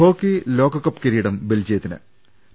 hockey ലോകകപ്പ് കിരീടം ബെൽജിയത്തിന്റ്